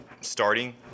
starting